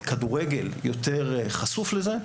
שהכדורגל יותר חשוף לזה,